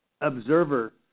observer